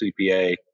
CPA